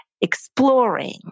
exploring